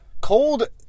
Cold